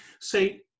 say